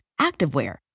activewear